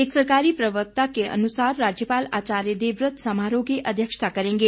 एक सरकारी प्रवक्ता के अनुसार राज्यपाल आचार्य देवव्रत समारोह की अध्यक्षता करेंगे